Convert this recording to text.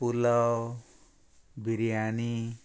pulao biryani